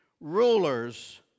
rulers